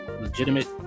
legitimate